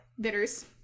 bitters